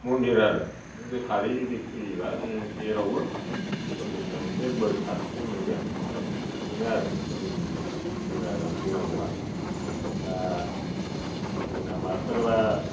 मन्दिर आरो नों गोथारै जुदि फुजियोबा जेरावबो ईस्वरनिफ्राय मोनसे बोर सारस्रिनाय मोनगोन बेनो आरो धोरोमनि बेलायाव बुंनांगौया दा जोंना मास्थारफ्रा